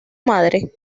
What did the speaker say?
madre